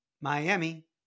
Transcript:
Miami